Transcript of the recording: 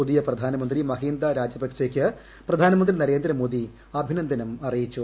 പുതിയ പ്രധാനമന്ത്രി മഹീന്ദ രജപക്സെയ്ക്ക് പ്രധാനമന്ത്രി നരേന്ദ്രമോദി അഭിനന്ദനം അറിയിച്ചു